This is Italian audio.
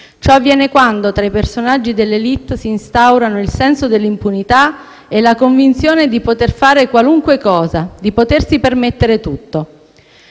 Ciò avviene quando tra i personaggi dell'*élite* si instaurano il senso dell'impunità e la convinzione di poter fare qualunque cosa, di potersi permettere tutto».